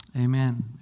Amen